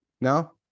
No